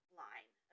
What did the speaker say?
line